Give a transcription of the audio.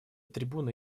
трибуны